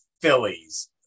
Phillies